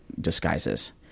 disguises